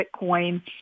Bitcoin